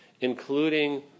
including